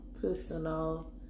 personal